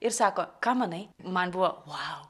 ir sako ką manai man buvo vau